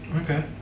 Okay